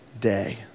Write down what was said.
day